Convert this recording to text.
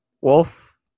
Wolf